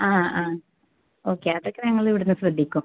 ആ ആ ഓക്കെ അതൊക്കെ ഞങ്ങളിവിടുന്ന് ശ്രദ്ധിക്കും